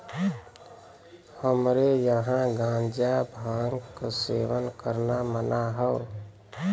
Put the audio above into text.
हमरे यहां गांजा भांग क सेवन करना मना हौ